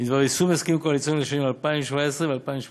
בדבר יישום הסכמים קואליציוניים לשנים 2017 ו-2018.